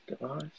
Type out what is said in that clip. device